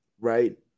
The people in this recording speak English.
right